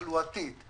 התחלואתית,